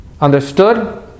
Understood